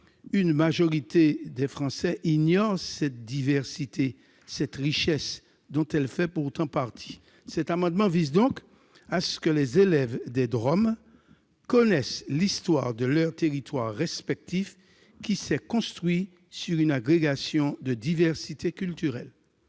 Une majorité des Français ignore cette diversité, cette richesse, dont elle fait pourtant partie. Cet amendement vise donc à ce que les élèves des DROM connaissent l'histoire de leurs territoires respectifs, qui se sont construits sur une agrégation de diversités culturelles.